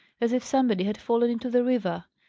as if somebody had fallen into the river.